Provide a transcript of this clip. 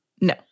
No